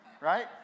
Right